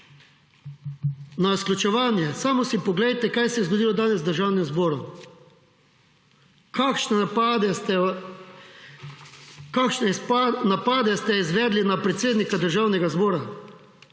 na izključevanje, samo si poglejte, kaj se je zgodilo danes v Državnem zboru, kakšne napade ste izvedli na predsednika Državnega zbora,